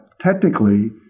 technically